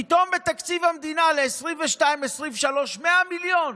פתאום בתקציב המדינה ל-2023-2022, 100 מיליון.